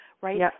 right